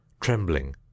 trembling